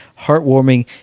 heartwarming